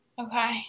Okay